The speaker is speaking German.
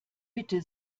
bitte